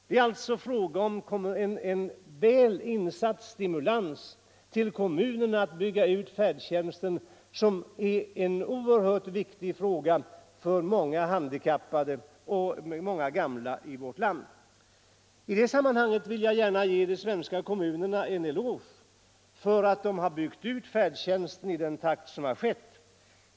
Det är alltså fråga om en stimulans som sätts in för att kommunerna skall bygga ut färdtjänsten, som är en oerhört viktig fråga för många handikappade och många gamla i vårt land. I det sammanhanget vill jag gärna ge de svenska kommunerna en eloge för att de har byggt ut färdtjänsten i den takt de har gjort det.